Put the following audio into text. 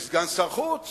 יש סגן שר חוץ